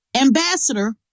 Ambassador